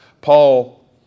Paul